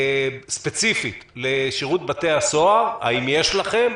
ספציפית לשירות בתי הסוהר, האם יש לכם,